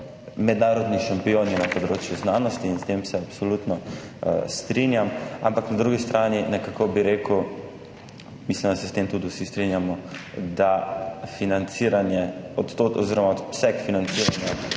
mednarodni šampioni na področju znanosti, in s tem se absolutno strinjam, ampak na drugi strani nekako, bi rekel, mislim da, se s tem tudi vsi strinjamo, da obseg financiranja